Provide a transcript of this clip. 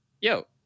yo